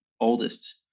oldest